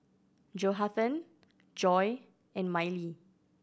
Johathan Joy and Mylie